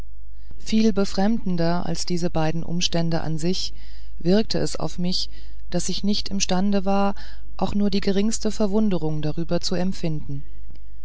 viel befremdender als diese beiden umstände an sich wirkte es auf mich daß ich nicht imstande war auch nur die geringste verwunderung darüber zu empfinden